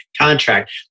Contract